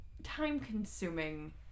time-consuming